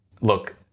Look